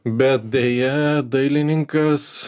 bet deja dailininkas